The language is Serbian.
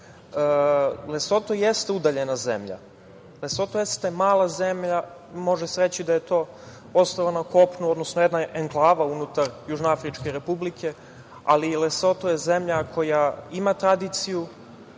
Kosova. Lesoto jeste udaljena zemlja, Lesoto jeste mala zemlja, može se reći da je ostrvo na kopnu, odnosno jedna enklava unutar Južnoafričke Republike, ali Lesoto je zemlja koja ima tradiciju,